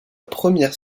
première